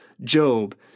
Job